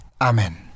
Amen